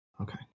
Okay